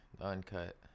Uncut